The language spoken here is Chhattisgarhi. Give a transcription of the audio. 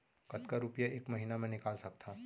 कतका रुपिया एक महीना म निकाल सकथव?